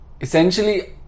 essentially